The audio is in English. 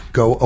go